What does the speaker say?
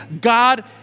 God